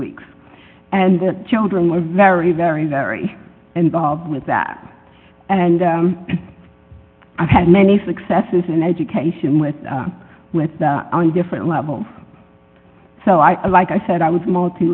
weeks and the children were very very very involved with that and i've had many successes in education with with on different levels so i like i said i was m